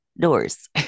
doors